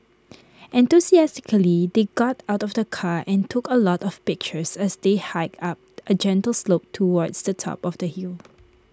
enthusiastically they got out of the car and took A lot of pictures as they hiked up A gentle slope towards the top of the hill